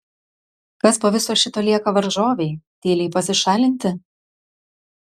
kas po viso šito lieka varžovei tyliai pasišalinti